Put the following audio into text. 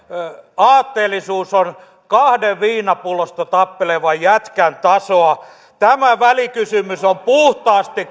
aatteellisuus on kahden viinapullosta tappelevan jätkän tasoa tämä välikysymys on puhtaasti